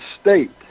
state